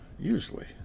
usually